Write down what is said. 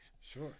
Sure